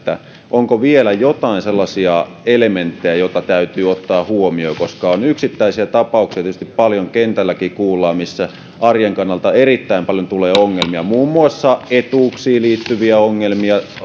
onko vielä joitain sellaisia elementtejä joita täytyy ottaa huomioon koska on yksittäisiä tapauksia tietysti paljon kentälläkin kuullaan missä arjen kannalta erittäin paljon tulee ongelmia muun muassa etuuksiin liittyviä ongelmia